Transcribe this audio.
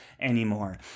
anymore